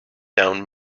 down